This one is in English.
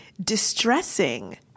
distressing